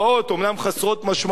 אומנם חסרות משמעות,